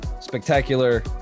spectacular